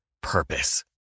purpose